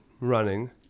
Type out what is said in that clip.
running